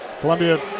Columbia